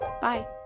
Bye